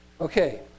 Okay